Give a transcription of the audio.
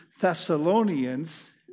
Thessalonians